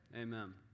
amen